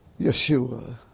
Yeshua